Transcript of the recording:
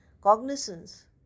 cognizance